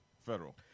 federal